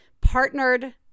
partnered